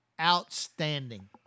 outstanding